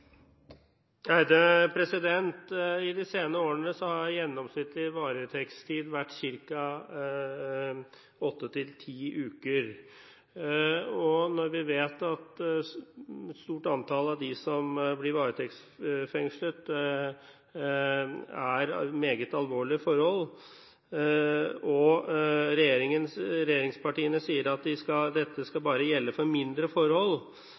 blir replikkordskifte. I de senere årene har gjennomsnittlig varetektstid vært ca. åtte–ti uker. Når vi vet at et stort antall av dem som blir varetektsfengslet, blir det for meget alvorlige forhold, og regjeringspartiene sier at dette bare skal gjelde for mindre forhold,